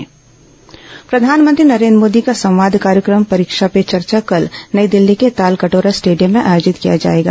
परीक्षा पे चर्चा प्रधानमंत्री नरेन्द्र मोदी का संवाद कार्यक्रम परीक्षा पे चर्चा कल नई दिल्ली के तालकटोरा स्टेडियम में आयोजित किया जायेगा